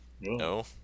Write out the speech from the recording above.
No